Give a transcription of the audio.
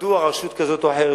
מדוע רשות כזאת או אחרת,